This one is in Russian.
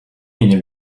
меня